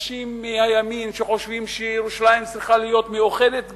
אנשים מהימין שחושבים שירושלים צריכה להיות מאוחדת,